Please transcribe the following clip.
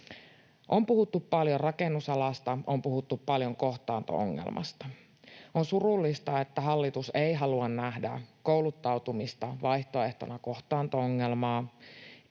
On puhuttu paljon rakennusalasta, on puhuttu paljon kohtaanto-ongelmasta. On surullista, että hallitus ei halua nähdä kouluttautumista vaihtoehtona kohtaanto-ongelmaan,